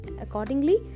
accordingly